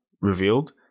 revealed